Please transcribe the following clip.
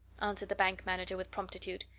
answered the bank manager with promptitude.